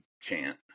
chant